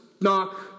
Knock